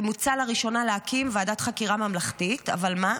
ולראשונה מוצע להקים ועדת חקירה ממלכתית, אבל מה?